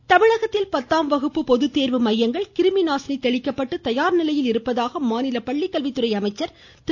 செங்கோட்டையன் தமிழகத்தில் பத்தாம் வகுப்பு பொதுத்தேர்வு மையங்கள் கிருமி நாசினி தெளிக்கப்பட்டு தயார் நிலையில் இருப்பதாக மாநில பள்ளிக்கல்வித்துறை அமைச்சர் திரு